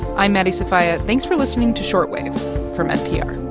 i'm maddie sofia. thanks for listening to short wave from npr